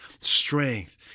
strength